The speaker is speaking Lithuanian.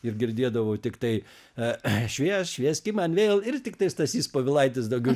ir girdėdavau tiktai ė švie švieski man vėl ir tiktai stasys povilaitis daugiau